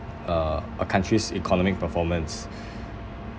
uh a country's economic performance